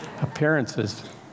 Appearances